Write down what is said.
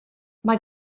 mae